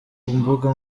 mbuga